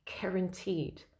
guaranteed